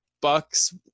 Bucks